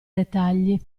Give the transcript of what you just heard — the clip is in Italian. dettagli